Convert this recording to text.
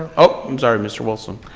um oh, i'm sorry mr. wilson.